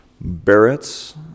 Barrett's